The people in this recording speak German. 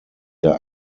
der